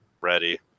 ready